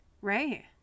Right